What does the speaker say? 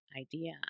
idea